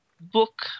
book